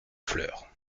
fleurs